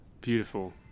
Beautiful